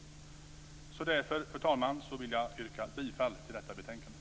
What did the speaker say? Därför, fru talman, vill jag yrka bifall till hemställan i detta betänkande.